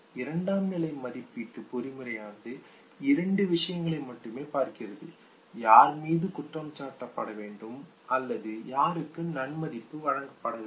இரண்டாம்நிலை மதிப்பீட்டு பொறிமுறையானது இரண்டு விஷயங்களை மட்டுமே பார்க்கிறது யார் மீது குற்றம் சாட்டப்பட வேண்டும் அல்லது யாருக்கு நன்மதிப்பு வழங்கப்பட வேண்டும்